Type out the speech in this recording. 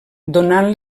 donant